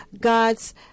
God's